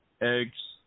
eggs